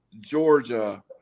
Georgia